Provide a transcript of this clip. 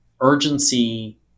urgency